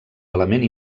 element